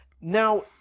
Now